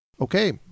Okay